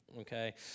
Okay